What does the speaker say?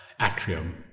atrium